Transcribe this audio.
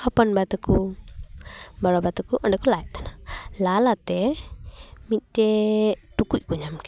ᱦᱚᱯᱚᱱ ᱵᱟ ᱛᱟᱠᱚ ᱢᱟᱨᱟᱢᱵᱟ ᱛᱟᱠᱚ ᱚᱸᱰᱮ ᱠᱚ ᱞᱟᱭᱮᱫ ᱛᱟᱦᱮᱱᱟ ᱞᱟᱼᱞᱟ ᱛᱮ ᱢᱤᱫᱴᱮᱱ ᱴᱩᱠᱩᱡ ᱠᱚ ᱧᱟᱢ ᱠᱮᱫᱟ